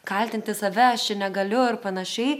kaltinti save aš čia negaliu ir panašiai